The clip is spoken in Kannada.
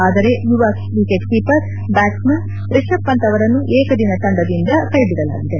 ಆದರೆ ಯುವ wicket keeper batsman Rishabh Pant ಅವರನ್ನು ಏಕದಿನ ತಂಡದಿಂದ ಕ್ಕೆಬಿಡಲಾಗಿದೆ